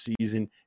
season